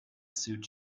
suit